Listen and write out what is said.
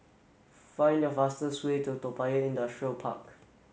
find the fastest way to Toa Payoh Industrial Park